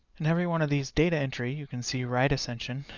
in every one of these data entry, you can seeright ascension,